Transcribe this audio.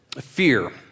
fear